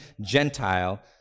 Gentile